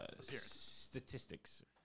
statistics